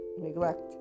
neglect